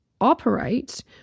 operate